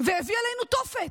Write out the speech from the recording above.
והביא עלינו תופת,